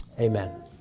amen